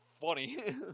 funny